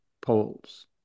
poles